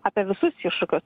apie visus iššūkius